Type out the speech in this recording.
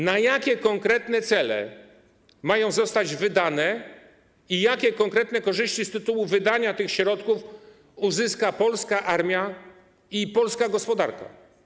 Na jakie konkretne cele mają zostać te kwoty wydane i jakie konkretne korzyści z tytułu wydania tych środków uzyska polska armia i polska gospodarka?